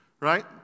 right